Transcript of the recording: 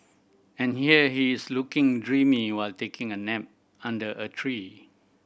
and here he is looking dreamy while taking a nap under a tree